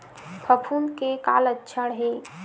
फफूंद के का लक्षण हे?